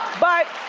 but